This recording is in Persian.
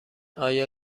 آیا